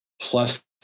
plus